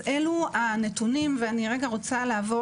אז אלו הנתונים ואני רוצה לעבור